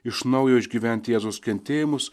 iš naujo išgyventi jėzaus kentėjimus